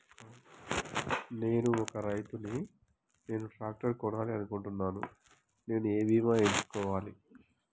నేను ఒక రైతు ని నేను ట్రాక్టర్ కొనాలి అనుకుంటున్నాను నేను ఏ బీమా ఎంచుకోవాలి?